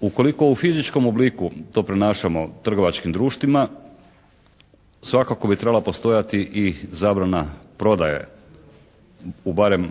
Ukoliko u fizičkom obliku to prenašamo trgovačkim društvima, svakako bi trebala postojati i zabrana prodaje u barem